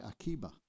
Akiba